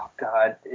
God